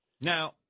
Now